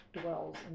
dwells